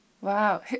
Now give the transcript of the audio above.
wow